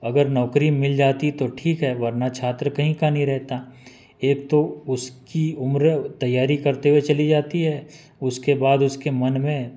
अगर नौकरी मिल जाती तो ठीक है वरना छात्र कहीं का नहीं रहता एक तो उसकी उम्र तैयारी करते हुए चली जाती है उसके बाद उसके मन में